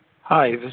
Hi